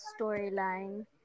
storyline